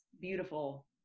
beautiful